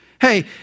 Hey